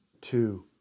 two